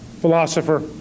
philosopher